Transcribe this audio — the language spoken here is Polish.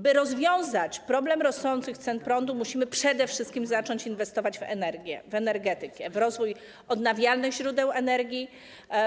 By rozwiązać problem rosnących cen prądu, musimy przede wszystkim zacząć inwestować w energetykę, w rozwój odnawialnych źródeł energii,